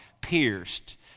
pierced